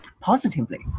positively